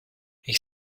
ich